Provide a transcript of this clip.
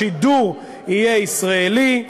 השידור יהיה ישראלי.